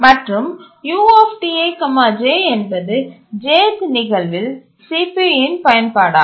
மற்றும் UTi j என்பது jth நிகழ்வில் CPU இன் பயன்பாடாகும்